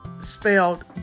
spelled